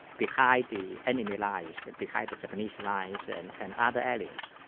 behind the enemy lines, behind the japanese lines and and other areas,